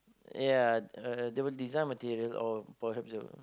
ya they will design material or or perhaps they would